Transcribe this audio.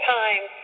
time